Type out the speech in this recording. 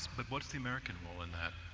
but what's the american role in that?